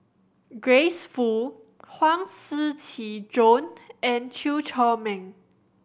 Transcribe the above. Grace Fu Huang Shiqi Joan and Chew Chor Meng